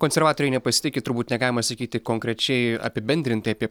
konservatoriai nepasitiki turbūt negalima sakyti konkrečiai apibendrintai apie